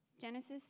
Genesis